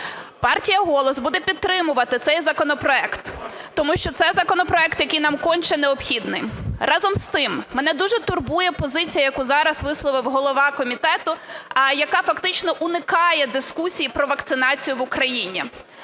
Партія "Голос" буде підтримувати цей законопроект, тому що це законопроект, який нам конче необхідний. Разом з тим, мене дуже турбує позиція, яку зараз висловив голова комітету, яка фактично уникає дискусії про вакцинацію в Україні.